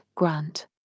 Grant